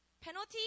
penalty